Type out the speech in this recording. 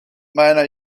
meiner